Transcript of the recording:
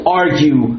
argue